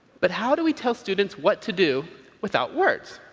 but how do we tell students what to do without words?